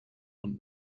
und